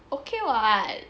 okay what